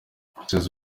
chez